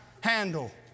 handle